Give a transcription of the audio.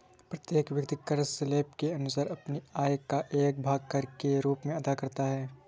प्रत्येक व्यक्ति कर स्लैब के अनुसार अपनी आय का एक भाग कर के रूप में अदा करता है